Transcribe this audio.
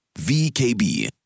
VKB